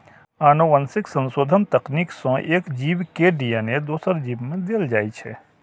आनुवंशिक संशोधन तकनीक सं एक जीव के डी.एन.ए दोसर जीव मे देल जाइ छै